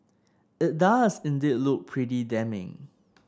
it does indeed look pretty damning